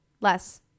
less